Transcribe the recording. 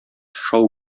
шау